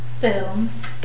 films